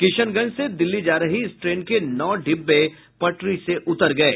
किशनगंज से दिल्ली जा रही इस ट्रेन के नौ डिब्बे पटरी से उतर गये